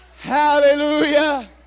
Hallelujah